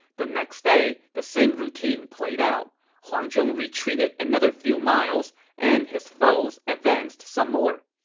the next day, the same routine played out. huang zhong retreated another few miles, and his foes advanced some more.